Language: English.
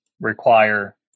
require